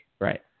Right